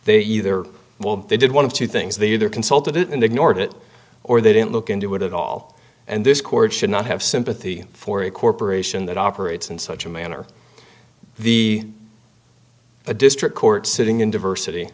they either they did one of two things the other consulted it and ignored it or they didn't look into it at all and this court should not have sympathy for a corporation that operates in such a manner the a district court sitting in diversity